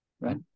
Right